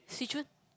swee-choon